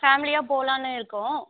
ஃபேமிலியாக போகலான்னு இருக்கோம்